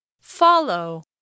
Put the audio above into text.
follow